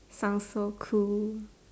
sounds so cool